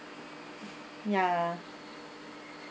ya